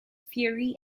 fury